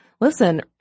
Listen